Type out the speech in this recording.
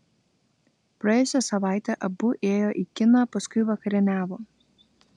praėjusią savaitę abu ėjo į kiną paskui vakarieniavo